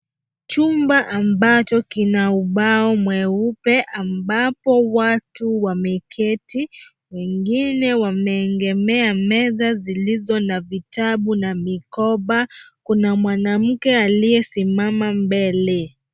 Chumba ambacho kina ubao mweupe ambapo watu wameketi wengine wameegemea meza zilizo na vitabu na mikoba. Kuna mwanamke aliyesimama.